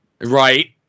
right